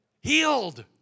healed